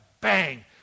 bang